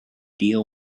deal